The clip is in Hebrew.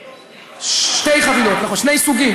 שתי, לא שני.